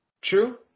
True